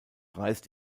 reißt